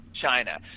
China